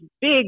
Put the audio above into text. big